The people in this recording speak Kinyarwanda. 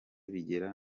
bigera